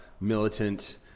militant